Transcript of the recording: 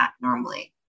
normally